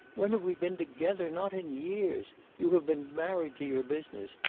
when have we been together? not in years. you have been married to your business.